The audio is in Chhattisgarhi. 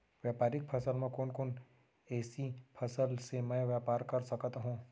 व्यापारिक फसल म कोन कोन एसई फसल से मैं व्यापार कर सकत हो?